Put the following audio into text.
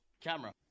camera